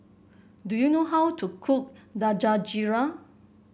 do you know how to cook Dangojiru